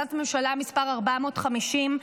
החלטת ממשלה מס' 450,